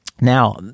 Now